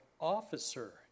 officer